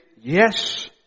yes